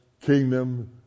kingdom